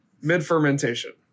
mid-fermentation